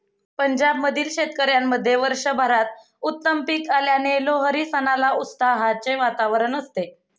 पंजाब मधील शेतकऱ्यांमध्ये वर्षभरात उत्तम पीक आल्याने लोहरी सणाला उत्साहाचे वातावरण असते